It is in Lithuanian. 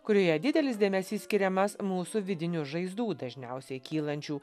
kurioje didelis dėmesys skiriamas mūsų vidinių žaizdų dažniausiai kylančių